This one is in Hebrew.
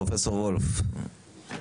פרופסור וולף,